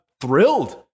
thrilled